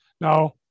Now